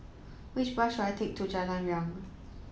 which bus should I take to Jalan Riang